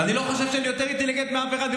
אני לא חושב שאני יותר אינטליגנטי מאף אחד.